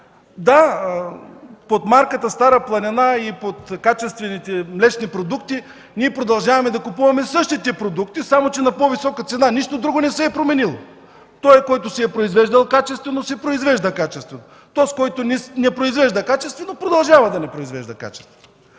Да, под марката „Стара планина” и под качествените млечни продукти ние продължаваме да купуваме същите продукти, само че на по-висока цена. Нищо друго не се е променило! Този, който е произвеждал качествено, си произвежда качествено. Този, който не произвежда качествено – продължава да не произвежда качествено.